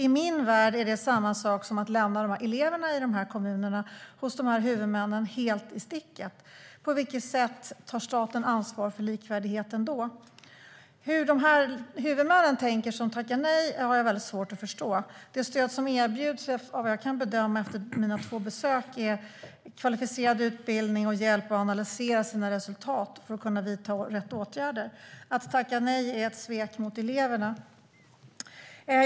I min värld är detta samma sak som att lämna eleverna i kommunerna, hos dessa huvudmän, helt i sticket. På vilket sätt tar staten ansvar för likvärdigheten då? Hur dessa huvudmän tänker som tackar nej har jag svårt att förstå. Det stöd som erbjuds är vad jag kan bedöma efter två besök kvalificerad utbildning och hjälp att analysera resultaten för att kunna vidta rätt åtgärder. Att tacka nej är ett svek mot eleverna.